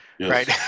right